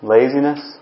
Laziness